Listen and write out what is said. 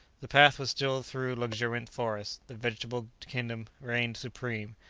the path was still through luxuriant forest. the vegetable kingdom reigned supreme.